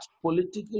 political